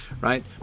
right